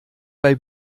bei